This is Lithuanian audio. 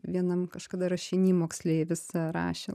vienam kažkada rašiny moksleivis rašė